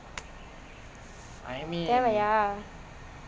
தேவையா:thevaiyaa